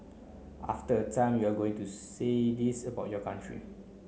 after a time you are going to say this about your country